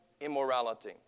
immorality